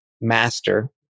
master